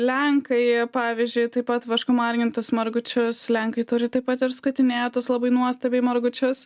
lenkai pavyzdžiui taip pat vašku margintus margučius lenkai turi taip pat ir skutinėtus labai nuostabiai margučius